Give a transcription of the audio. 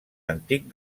antic